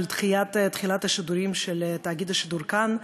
של דחיית תחילת השידורים של תאגיד השידור "כאן",